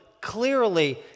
clearly